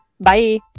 Bye